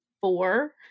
four